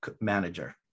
manager